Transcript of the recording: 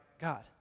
God